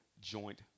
joint